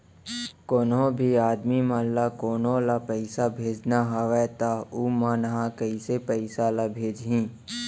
कोन्हों भी आदमी मन ला कोनो ला पइसा भेजना हवय त उ मन ह कइसे पइसा ला भेजही?